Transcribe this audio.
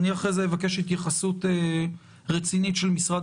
אחרי זה אבקש התייחסות רצינית של משרד